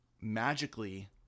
magically